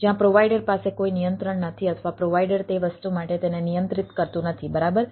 જ્યાં પ્રોવાઈડર પાસે કોઈ નિયંત્રણ નથી અથવા પ્રોવાઈડર તે વસ્તુ માટે તેને નિયંત્રિત કરતું નથી બરાબર